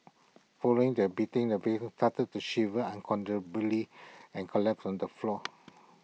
following the beating the victim started to shiver uncontrollably and collapsed on the floor